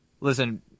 listen